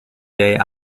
day